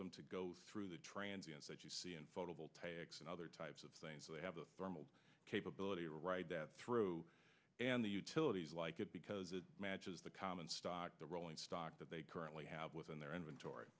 them to go through the transients that you see in photovoltaics and other types of things so they have a thermal capability right through and the utilities like it because it matches the common stock the rolling stock that they currently have within their inventory